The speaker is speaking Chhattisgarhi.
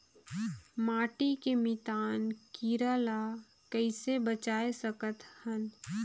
माटी के मितान कीरा ल कइसे बचाय सकत हन?